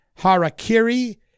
Harakiri